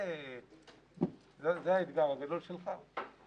זה האתגר הגדול שלך.